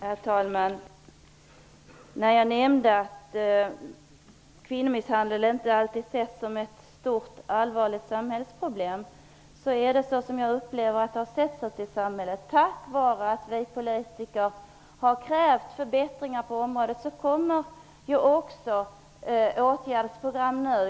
Herr talman! Jag har upplevt det så, att kvinnomisshandel inte alltid har setts som ett stort och allvarligt samhällsproblem. Tack vare att vi politiker har krävt förbättringar på området kommer det nu också åtgärdsprogram.